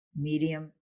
medium